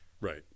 Right